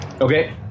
Okay